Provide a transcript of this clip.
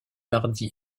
mardi